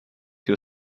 your